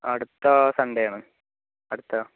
അടുത്ത സൺഡേ ആണ് അടുത്ത